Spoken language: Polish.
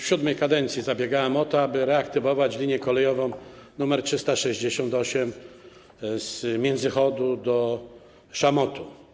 W VII kadencji zabiegałem o to, aby reaktywować linię kolejową nr 368 z Międzychodu do Szamotuł.